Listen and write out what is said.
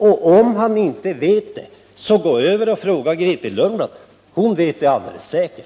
Om Håkan Strömberg inte vet det, så gå över och fråga Grethe Lundblad. Hon vet det alldeles säkert.